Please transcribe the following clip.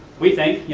we think,